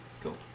Cool